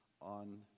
on